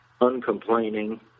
uncomplaining